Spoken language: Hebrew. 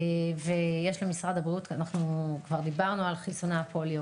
דיברנו על חיסוני הפוליו,